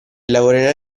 lavorerà